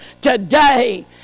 today